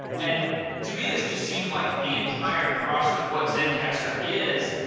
and to me, this just seems like the entire thrust of what zencastr is.